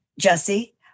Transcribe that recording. Jesse